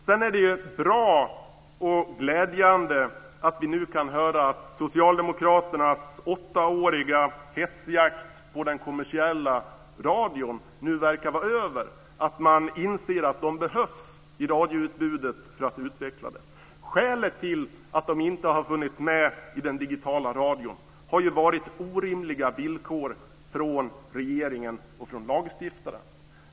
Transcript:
Sedan är det bra och glädjande att vi nu kan höra att socialdemokraternas åttaåriga hetsjakt på den kommersiella radion nu verkar vara över. De inser att den behövs i radioutbudet för att utveckla det. Skälet till att den inte har funnits med i den digitala radion har varit orimliga villkor från regeringen och lagstiftaren.